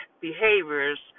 behaviors